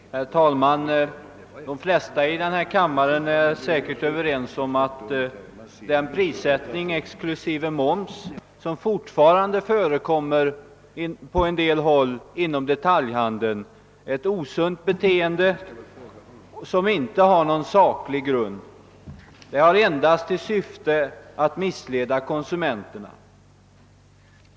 Herr talman! De flesta i denna kammare är säkerligen överens om att den prissättning exklusive moms som fortfarande förekommer på en del håll inom detaljhandeln är ett osunt system, som inte har någon saklig grund — det har endast till syfte att missleda kon sumenterna.